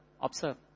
Observe